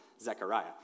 Zechariah